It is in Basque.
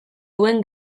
duen